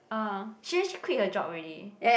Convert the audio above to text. ah she actually quit her job already